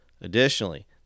Additionally